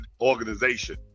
organization